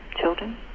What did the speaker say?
children